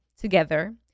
together